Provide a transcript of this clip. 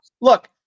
Look